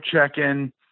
check-in